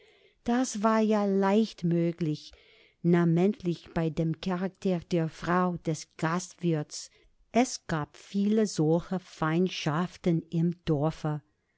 das war ja leicht möglich namentlich bei dem charakter der frau des gastwirts es gab viele solche feindschaften im dorfe